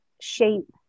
shape